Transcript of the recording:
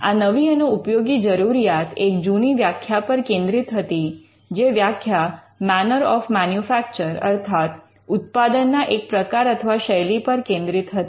આ નવી અને ઉપયોગી જરૂરિયાત એક જૂની વ્યાખ્યા પર કેન્દ્રિત હતી જે વ્યાખ્યા 'મૅનર ઑફ મેનુમૅન્યુફૅક્ચર' અર્થાત ઉત્પાદનના એક પ્રકાર અથવા શૈલી પર કેન્દ્રિત હતી